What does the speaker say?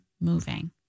moving